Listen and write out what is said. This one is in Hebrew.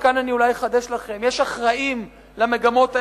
וכאן אני אולי אחדש לכם: יש אחראים למגמות האלה,